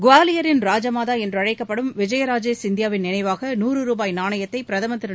குவாலியரின் ராஜமாதா என்றழைக்கப்படும் விஜய ராஜே சிந்தியாவின் நினைவாக நூறு ருபாய் நாணயத்தை பிரதமர் திரு